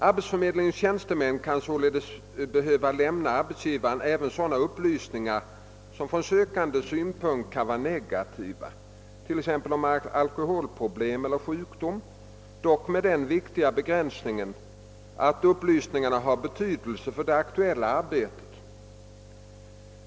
Arbetsförmedlingens tjänstemän kan således behöva lämna arbetsgivare även sådana upplysningar som från sökan dens synpunkt kan vara negativa, t.ex. om alkoholproblem eller sjukdom, dock med den viktiga begränsningen att upplysningarna har betydelse för det aktuella arbetet.